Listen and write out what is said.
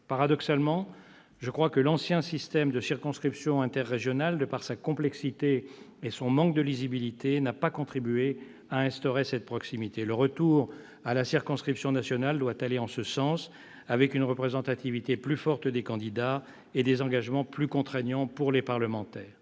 Paradoxalement, il me semble que l'ancien système de circonscriptions interrégionales, en raison de sa complexité et de son manque de lisibilité, n'a pas contribué à instaurer cette proximité. Le retour à la circonscription nationale doit aller dans ce sens, avec une représentativité plus forte des candidats et des engagements plus contraignants pour les parlementaires.